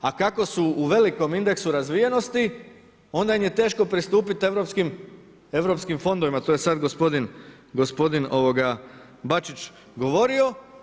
A kako su u velikom indeksu razvijenosti onda im je teško pristupiti europskim fondovima, to je sad gospodin, gospodin Bačić govorio.